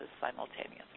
simultaneously